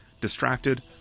distracted